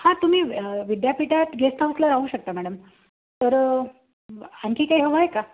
हां तुम्ही विद्यापीठात गेस्टहाउसला राहू शकता मॅडम तर आणखी काही हवं आहे का